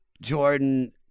Jordan